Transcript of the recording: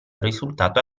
risultato